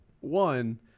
One